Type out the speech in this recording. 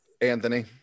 Anthony